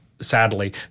sadly